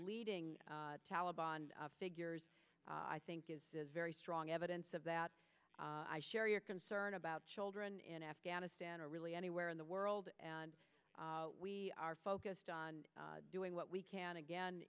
leading taleban figures i think is very strong evidence of that i share your concern about children in afghanistan or really anywhere in the world and we are focused on doing what we can again